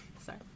Sorry